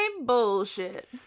bullshit